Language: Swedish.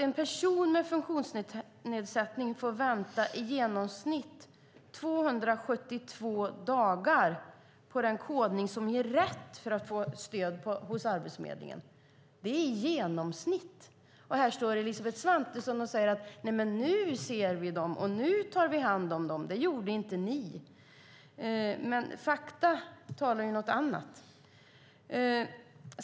En person med funktionsnedsättning får vänta i genomsnitt 272 dagar på den kodning som ger rätt till stöd hos Arbetsförmedlingen. Det är i genomsnitt! Här står Elisabeth Svantesson och säger: Nu ser vi dem. Nu tar vi hand om dem. Det gjorde inte ni. Men fakta säger något annat.